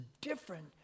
different